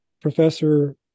Professor